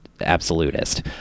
absolutist